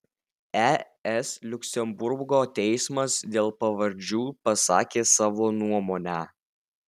es liuksemburgo teismas dėl pavardžių pasakė savo nuomonę